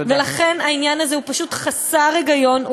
לכן העניין הזה הוא פשוט חסר היגיון.